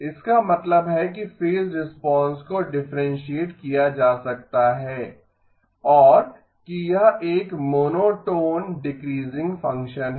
इसका मतलब है कि फेज रिस्पांस को डिफरेनसिएट किया जा सकता है और कि यह एक मोनोटोन डीक्रीजिंग फंक्शन है